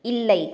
இல்லை